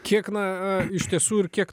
kiek na iš tiesų ir kiek